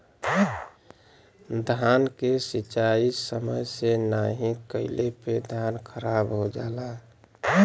धान के सिंचाई समय से नाहीं कइले पे धान खराब हो जाला